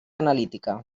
analítica